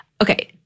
Okay